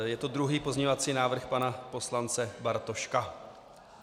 Je to druhý pozměňovací návrh pana poslance Bartoška.